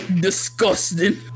disgusting